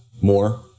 more